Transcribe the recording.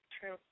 True